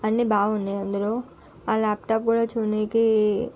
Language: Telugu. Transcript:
అన్ని బాగున్నాయి అందులో ఆ ల్యాప్టాప్ కూడా చూన్నీకి